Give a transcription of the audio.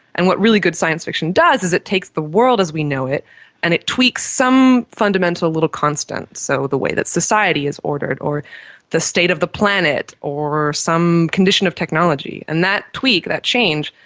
and what really good science fiction does is it takes the world as we know it and it tweaks some fundamental little constant, so the way that society is ordered or the state of the planet or some condition of technology. and that tweak, that change,